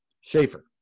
Schaefer